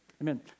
amen